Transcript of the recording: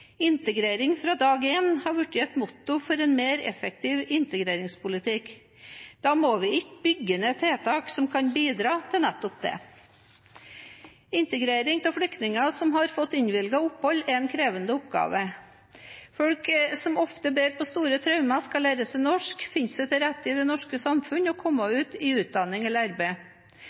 Integrering av flyktninger som har fått innvilget opphold, er en krevende oppgave. Folk som ofte bærer på store traumer, skal lære seg norsk, finne seg til rette i det norske samfunnet og komme ut i utdanning eller arbeid.